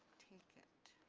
take it